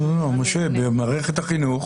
לא, לא, משה, במערכת החינוך